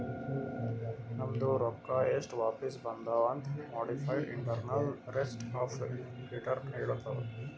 ನಮ್ದು ರೊಕ್ಕಾ ಎಸ್ಟ್ ವಾಪಿಸ್ ಬಂದಾವ್ ಅಂತ್ modified internal rates of return ಹೇಳತ್ತುದ್